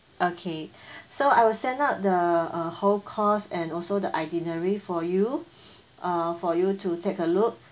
okay so I will send out the uh whole cost and also the itinerary for you uh for you to take a look